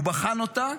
הוא בחן אותה,